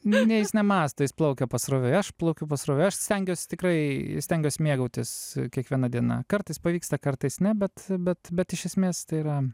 ne jis nemąsto jis plaukia pasroviui aš plaukiu pasroviui aš stengiuosi tikrai stengiuos mėgautis kiekviena diena kartais pavyksta kartais ne bet bet bet iš esmės tai yra